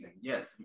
Yes